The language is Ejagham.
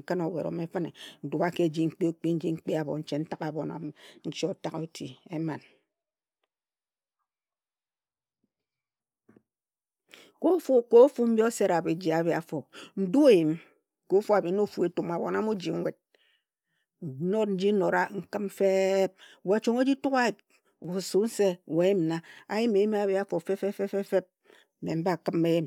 nkhin owet ome fine ndua ka eji nkpi okpki. Nji nkpia abhon che ntag abhon a me eji otag eti eman. Ka ofu ka ofu mbi osera biji abi afo, n du in yun ka ofu abhi na ofu etum, ahbon amoji nwet, Nnot nji nnora, nkhim feeeb, we chong o ji tuk a yip, we su nse we yim nna, ayim eyim ambi afo fe feb. Mme mba khim eyim